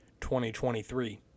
2023